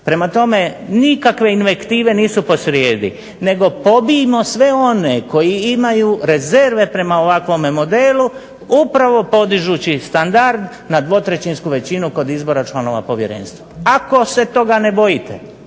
Prema tome, nikakve invektive nisu posrijedi nego pobijmo sve one koji imaju rezerve prema ovakvome modelu upravo podižući standard na dvotrećinsku većinu kod izbora članova povjerenstva. Ako se toga ne bojite,